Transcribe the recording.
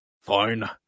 Fine